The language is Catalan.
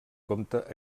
compte